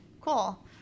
Cool